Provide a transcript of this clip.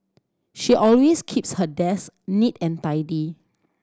she always keeps her desk neat and tidy